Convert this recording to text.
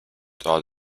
thought